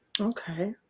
Okay